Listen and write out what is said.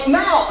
now